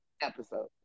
episode